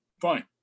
fine